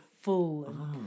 full